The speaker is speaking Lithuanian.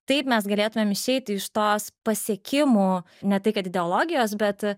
taip mes galėtumėm išeiti iš tos pasiekimų ne tai kad ideologijos bet